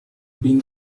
been